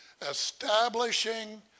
Establishing